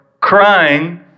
crying